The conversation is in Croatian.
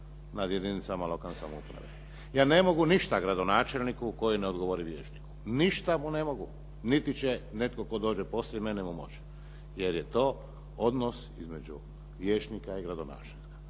nad jedinicama lokalne samouprave. Ja ne mogu ništa gradonačelniku koji ne odgovori vijećniku. Ništa mu ne mogu, niti će netko tko dođe poslije mene moći, jer je to odnos između vijećnika i gradonačelnika.